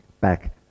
back